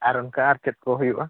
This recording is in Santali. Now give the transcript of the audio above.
ᱟᱨ ᱚᱱᱠᱟ ᱪᱮᱫ ᱠᱚ ᱦᱩᱭᱩᱜᱼᱟ